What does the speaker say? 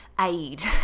aid